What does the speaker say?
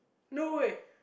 no way